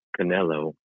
Canelo